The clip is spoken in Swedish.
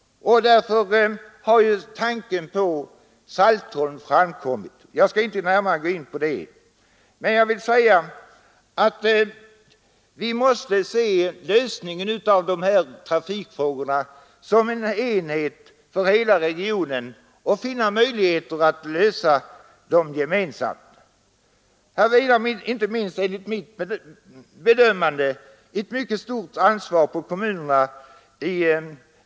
Därför har ju tanken på Saltholm framkommit. Jag skall inte närmare gå in på detta. Men jag vill säga att vi när det gäller trafikfrågor måste se hela regionen som en enhet och finna möjligheter att lösa frågorna gemensamt. I det framtida planeringsarbetet vilar, enligt mitt bedömande, ett mycket stort ansvar på kommunerna.